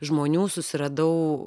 žmonių susiradau